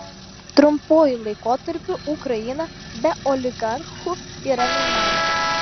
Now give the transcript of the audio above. trumpuoju laikotarpiu ukraina be oligarchų yra neįmanoma